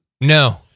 No